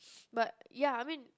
but ya I mean